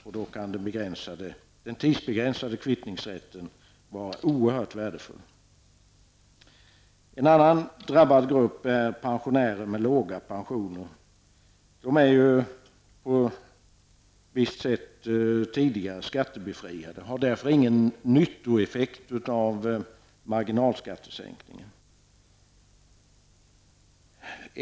I den situationen kan den tidsbegränsade kvittningsrätten vara oerhört värdefull. En annan drabbad grupp är pensionärer med låga pensioner. De är på visst sätt tidigare skattebefriade och har därför ingen nyttoeffekt av marginalskattesänkningen.